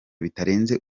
bitarenze